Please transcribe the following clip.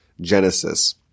Genesis